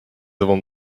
avons